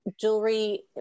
jewelry